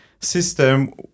system